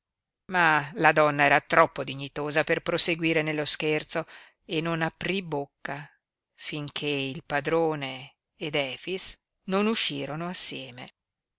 ma la donna era troppo dignitosa per proseguire nello scherzo e non aprí bocca finché il padrone ed efix non uscirono assieme